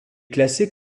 classée